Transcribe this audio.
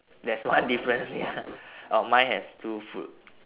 there's one difference ya oh mine has two fruit